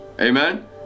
Amen